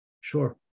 Sure